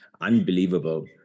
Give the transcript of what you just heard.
unbelievable